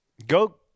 Go